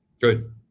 Good